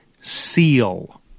Seal